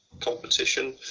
competition